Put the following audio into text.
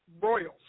royals